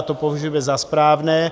To považujeme za správné.